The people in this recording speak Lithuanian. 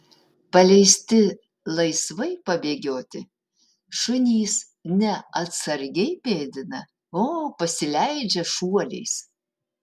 paleisti laisvai pabėgioti šunys ne atsargiai pėdina o pasileidžia šuoliais